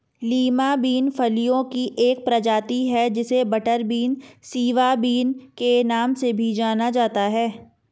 Lima bean फलियों की एक प्रजाति है जिसे बटरबीन, सिवा बिन के नाम से भी जाना जाता है